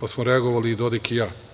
pa smo reagovali i Dodik i ja.